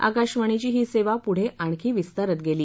आकाशवाणीची ही सेवा पूढे आणखी विस्तारत गेली